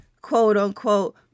quote-unquote